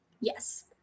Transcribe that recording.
Yes